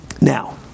Now